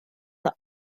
the